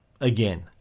again